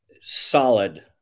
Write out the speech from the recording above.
Solid